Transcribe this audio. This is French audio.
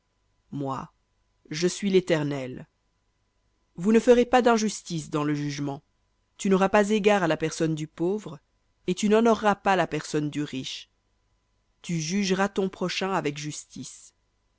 moi je suis léternel vous ne ferez pas d'injustice dans le jugement tu n'auras pas égard à la personne du pauvre et tu n'honoreras pas la personne du riche tu jugeras ton prochain avec justice